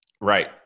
Right